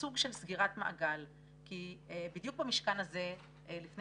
סוג של סגירת מעגל כי בדיוק במשכן הזה לפני